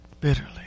bitterly